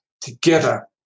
Together